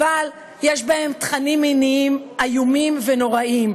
אבל יש בהם תכנים מיניים איומים ונוראים.